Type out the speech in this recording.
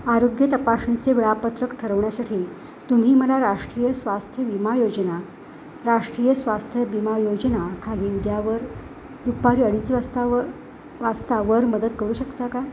आरोग्य तपासणीचे वेळापत्रक ठरवण्यासाठी तुम्ही मला राष्ट्रीय स्वास्थ्य विमा योजना राष्ट्रीय स्वास्थ्य विमा योजनाखाली उद्यावर दुपारी अडीच वाजतावर वाजतावर मदत करू शकता का